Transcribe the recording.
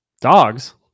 dogs